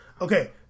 Okay